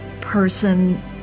person